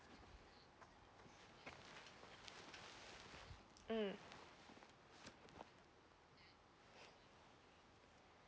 mm